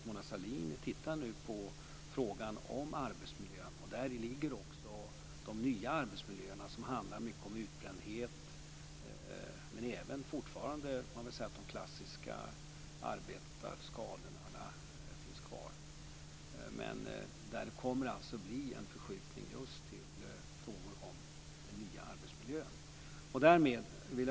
Mona Sahlin, tittar nu på frågan om arbetsmiljön. I fråga om de nya arbetsmiljöerna finns utbrändhet men fortfarande även de klassiska arbetarskadorna. Det kommer att bli en förskjutning till frågor om den nya arbetsmiljön.